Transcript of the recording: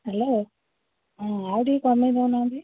hello ହଁ ଆଉ ଟିକେ କମେଇ ଦେଉନାହାନ୍ତି